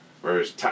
Whereas